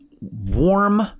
warm